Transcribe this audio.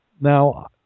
Now